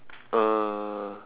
uh